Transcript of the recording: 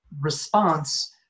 response